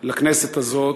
לכנסת הזאת,